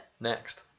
Next